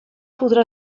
podrà